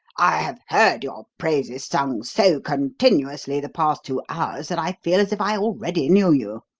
i have heard your praises sung so continuously the past two hours that i feel as if i already knew you.